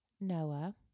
Noah